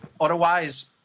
Otherwise